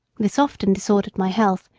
this often disordered my health,